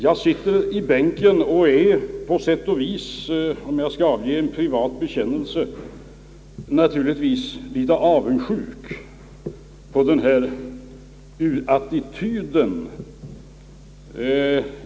Jag sitter i bänken och är på sätt och vis — om jag skall avge en privat bekännelse — en aning avundsjuk på den där attityden.